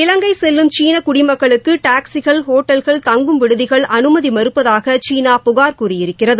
இலங்கை செல்லும் சீன குடிமக்களுக்கு டாக்சிகள் ஒட்டல்கள் தங்கும் விடுதிகள் அனுமதி மறுப்பதாக சீனா புகார் கூறியிருக்கிறது